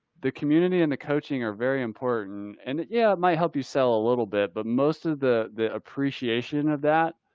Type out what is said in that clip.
the community and the coaching are very important. and yeah, it yeah might help you sell a little bit, but most of the the appreciation of that.